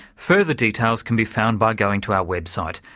further details can be found by going to our website.